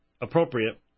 appropriate